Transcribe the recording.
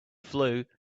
flue